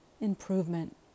improvement